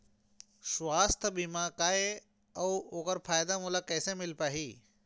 सुवास्थ बीमा का ए अउ ओकर फायदा मोला कैसे मिल पाही?